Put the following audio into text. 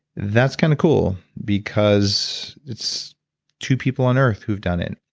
that's kind of cool because it's two people on earth who've done it.